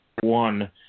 one